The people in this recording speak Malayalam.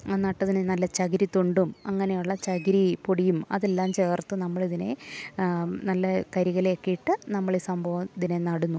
ആ നട്ടത്തിന് നല്ല ചകിരി തൊണ്ടും അങ്ങനെയുള്ള ചകിരി പൊടിയും അതെല്ലാം ചേർത്ത് നമ്മളിതിനെ നല്ല കരിയിലയൊക്കെ ഇട്ട് നമ്മളീ സംഭവം ഇതിനെ നടുന്നു